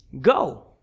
Go